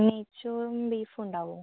നെയ്ച്ചോറും ബീഫും ഉണ്ടാവോ